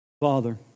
Father